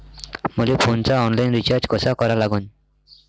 मले फोनचा online recharge कसा करा लागन?